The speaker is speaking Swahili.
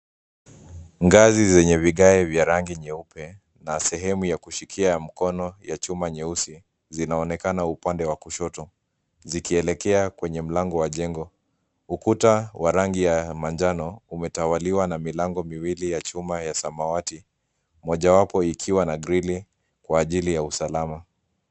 Ngazi zenye vigae vya rangi nyeupe na sehemu ya kushikia ya mkono ya chuma nyeusi zinaonekana upande wa kushoto zikielekea kwenye mlango wa jengo. Ukuta wa rangi ya manjano umetawaliwa na milango miwili ya chuma ya samawati, mojawapo ikiwa na grili kwa ajili ya usalama.